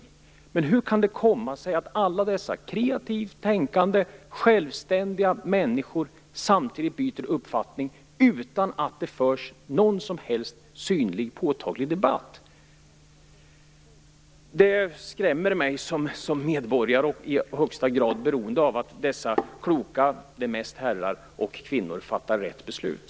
Men hur kan det komma sig att alla dessa kreativt tänkande, självständiga människor samtidigt byter uppfattning utan att det förs någon som helst synlig, påtaglig debatt? Det skrämmer mig som medborgare. Vi är i högsta grad beroende av att dessa kloka herrar - det är mest herrar - och kvinnor fattar rätt beslut.